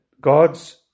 God's